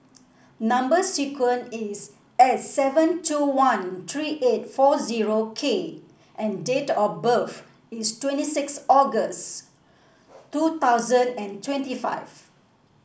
number sequence is S seven two one three eight four zero K and date of birth is twenty six August two thousand and twenty five